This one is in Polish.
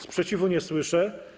Sprzeciwu nie słyszę.